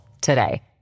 today